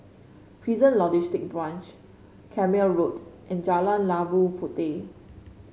Prison Logistic Branch Carpmael Road and Jalan Labu Puteh